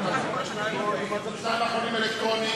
מי נגד?